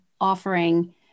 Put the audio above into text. offering